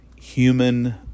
human